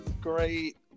great